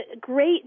great